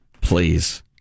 Please